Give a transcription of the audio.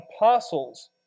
apostles